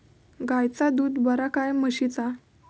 गायचा दूध बरा काय म्हशीचा?